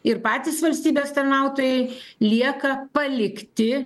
ir patys valstybės tarnautojai lieka palikti